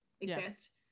exist